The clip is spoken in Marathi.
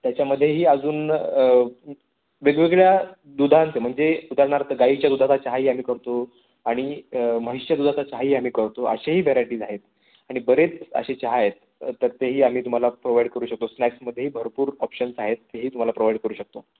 त्याच्यामध्येही अजून वेगवेगळ्या दुधांचे म्हणजे उदाहरणार्थ गाईच्या दुधाचा चहाही आम्ही करतो आणि म्हैसच्या दुधाचा चहाही आम्ही करतो असेही व्हरायटीज आहेत आणि बरेच असे चहा आहेत तर तेही आम्ही तुम्हाला प्रोव्हाइड करू शकतो स्नॅक्समधेही भरपूर ऑप्शन्स आहेत तेही तुम्हाला प्रोव्हाइड करू शकतो